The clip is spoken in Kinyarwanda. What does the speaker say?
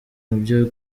ibyo